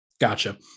Gotcha